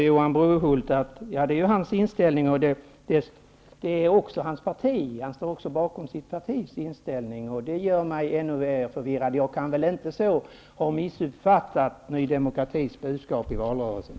Johan Brohult säger att detta är hans inställning och att han också står bakom sitt partis inställning. Det gör mig ännu mer förvirrad. Jag kan väl inte så ha missuppfattat Ny demokratis budskap i valrörelsen.